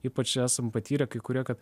ypač jei esam patyrę kai kurie kad